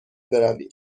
برویم